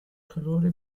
calore